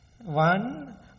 One